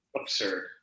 Absurd